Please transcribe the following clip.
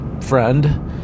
friend